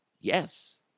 yes